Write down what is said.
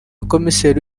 komiseri